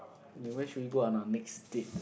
and where should we go on our next date